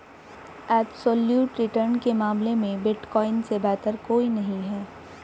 absolute return के मामले में बिटकॉइन से बेहतर कोई नहीं है